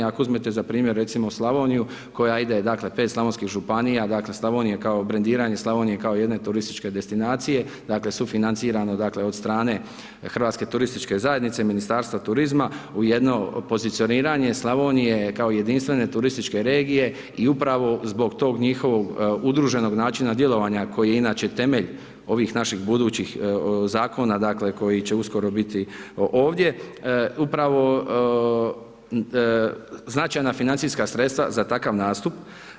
I ako uzmete za primjer recimo Slavoniju koja ide, dakle 5 slavonskih županija, dakle Slavonija, kao brendiranje Slavonije kao jedne turističke destinacije, dakle sufinancirano dakle od strane HTZ-a, Ministarstva turizma, u jedno pozicioniranje Slavonije kao jedinstvene turističke regije i upravo zbog tog njihovog udruženog načina djelovanja koji je inače temelj ovih naših budućih zakona dakle koji će uskoro biti ovdje, upravo značajna financijska sredstva za takav nastup.